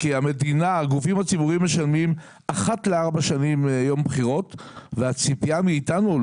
הגופים הציבוריים משלמים אחת לארבע שנים יום בחירות והציפייה מאיתנו,